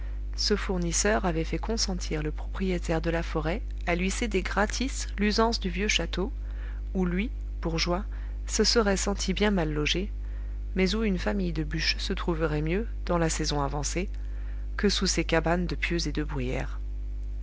ce fournisseur avait fait consentir le propriétaire de la forêt à lui céder gratis l'usance du vieux château où lui bourgeois se serait senti bien mal logé mais où une famille de bûcheux se trouverait mieux dans la saison avancée que sous ses cabanes de pieux et de bruyères